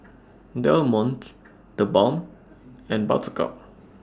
Del Monte TheBalm and Buttercup